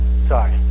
sorry